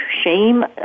shame